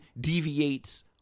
deviates